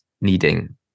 needing